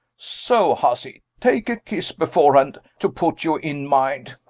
so, hussy, take a kiss beforehand to put you in mind.